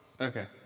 Okay